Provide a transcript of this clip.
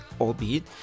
albeit